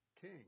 king